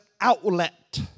Outlet